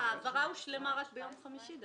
העברה הושלמה רק ביום חמישי.